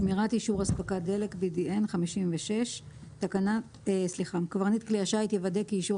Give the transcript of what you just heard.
"שמירת אישור אספקת דלק (BDN) קברניט כלי השיט יוודא כי אישור